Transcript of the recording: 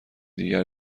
دیگر